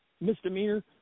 misdemeanor